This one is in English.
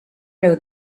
know